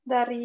Dar